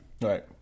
Right